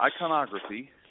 Iconography